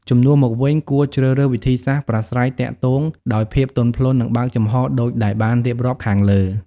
ជំនួសមកវិញ គួរជ្រើសរើសវិធីសាស្ត្រប្រាស្រ័យទាក់ទងដោយភាពទន់ភ្លន់ និងបើកចំហរដូចដែលបានរៀបរាប់ខាងលើ។